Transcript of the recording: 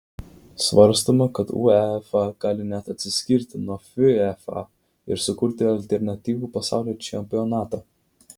svarstoma kad uefa gali net atsiskirti nuo fifa ir sukurti alternatyvų pasaulio čempionatą